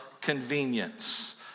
convenience